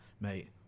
mate